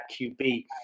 QB